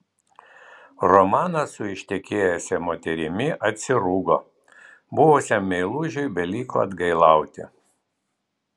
romanas su ištekėjusia moterimi atsirūgo buvusiam meilužiui beliko atgailauti